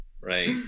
Right